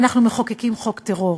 ואנחנו מחוקקים חוק טרור.